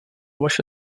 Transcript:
vaše